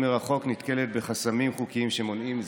מרחוק נתקלת בחסמים חוקיים המונעים זאת.